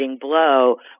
blow